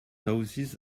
houses